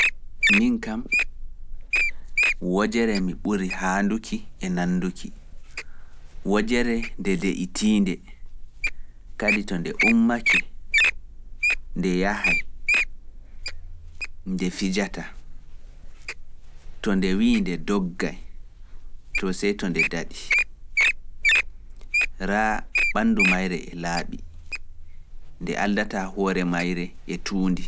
Min kam wojere mi ɓuri haanduki e nannduki, wojere nde deytiinde, kadi to nde ummake, nde yahay, nde fijataa, to nde wi’i nde doggay, to sey to nde daɗi, raa ɓanndu mayre e laaɓi, nde aldataa hoore mayre e tuundi.